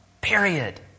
period